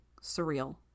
surreal